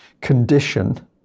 condition